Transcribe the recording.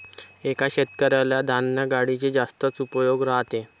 एका शेतकऱ्याला धान्य गाडीचे जास्तच उपयोग राहते